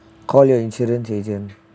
call your insurance agent